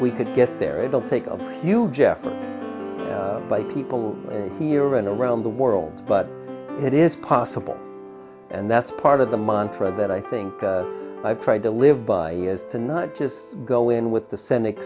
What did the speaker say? we could get there it will take a huge effort by people here and around the world but it is possible and that's part of the montreaux that i think i've tried to live by is to not just go in with the senate